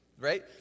right